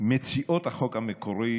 מציעות החוק המקורי,